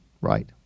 right